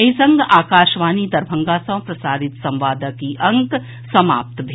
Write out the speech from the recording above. एहि संग आकाशवाणी दरभंगा सँ प्रसारित संवादक ई अंक समाप्त भेल